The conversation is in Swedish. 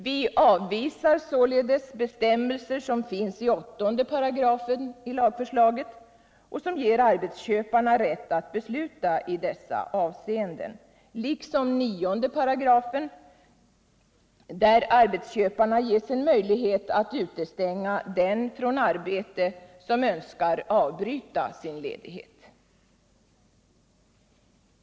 Vi avvisar således de bestämmelser som finns 18 §i lagförslaget, som ger arbetsköparna rätt att besluta i dessa avseenden, liksom 95, där arbetsköparna ges en möjlighet att utestänga den från arbetet som önskar avbryta sin ledighet.